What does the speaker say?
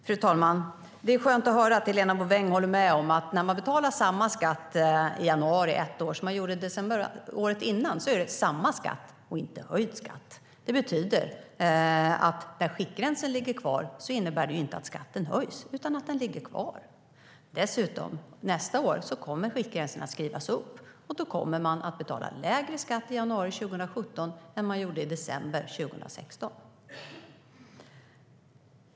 Fru talman! Det är skönt att höra att Helena Bouveng håller med om att när man betalar lika mycket skatt i januari ett år som man gjorde i december året innan är det samma skatt och inte höjd skatt. När skiktgränsen ligger kvar innebär det inte att skatten höjs utan att den ligger kvar. Dessutom kommer skiktgränsen att skrivas upp nästa år. Därmed kommer man att betala lägre skatt i januari 2017 än man gjorde i december 2016.